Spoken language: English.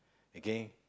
again